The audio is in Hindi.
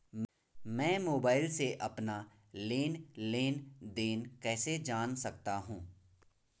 मैं मोबाइल से अपना लेन लेन देन कैसे जान सकता हूँ?